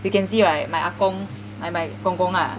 you can see right my 阿公 like my 公公 lah